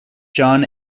john